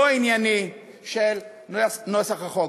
לא ענייני של נוסח החוק.